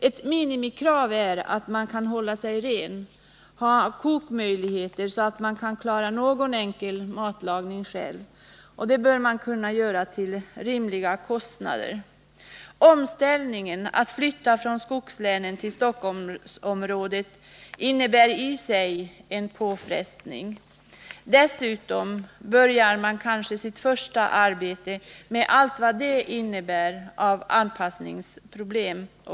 Ett minimikrav är att man kan hålla sig ren, att man har kokmöjligheter så att man kan klara någon enkel matlagning själv — och det bör man kunna göra till rimliga kostnader. Omställningen att flytta från skogslänen till Stockholmsområdet innebär i sig en påfrestning. Dessutom börjar man kanske sitt första arbete med allt vad det innebär av anpassningsproblem.